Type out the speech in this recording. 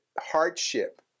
hardship